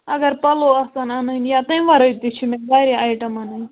اگر پَلو آسَن اَنٕنۍ یا تمہِ وَرٲے تہِ چھِ مےٚ واریاہ آیٹَم اَنٕنۍ